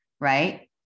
right